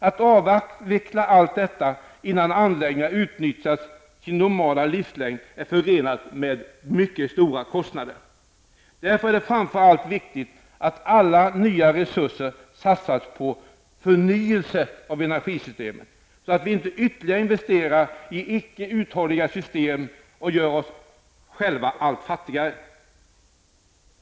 Att avveckla allt detta innan anläggningarna utnyttjats under sin normala livslängd är förenat med mycket stora kostnader. Därför är det framför allt viktigt att alla nya resurser satsas på förnyelse av energisystem, så att vi inte ytterligare investerar i icke uthålliga system som gör oss själva allt fattigare.